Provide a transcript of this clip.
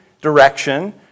direction